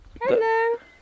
Hello